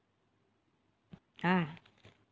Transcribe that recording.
ah